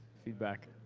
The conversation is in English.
feedback,